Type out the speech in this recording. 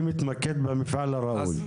אני מתמקד במפעל הראוי.